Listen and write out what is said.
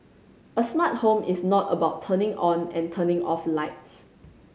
a smart home is not about turning on and turning off lights